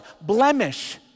blemish